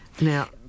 Now